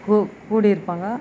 கு கூடியிருப்பாங்க